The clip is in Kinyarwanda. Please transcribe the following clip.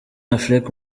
affleck